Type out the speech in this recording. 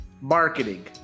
marketing